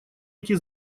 эти